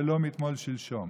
ולא מתמול-שלשום.